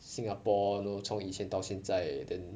singapore you know 从以前到现在 then